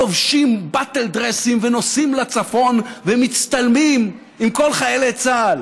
לובשים בטלדרסים ונוסעים לצפון ומצטלמים עם כל חיילי צה"ל